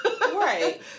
right